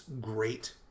great